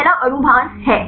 पहला अणु भार है